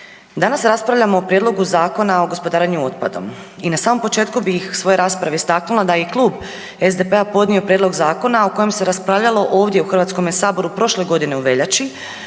Danas raspravljamo o prijedlogu Zakona o gospodarenju otpadom i na samom početku bih svoje rasprave istaknula da je i Klub SDP-a podnio prijedlog zakona o kojem se raspravljalo ovdje u HS prošle godine u veljači,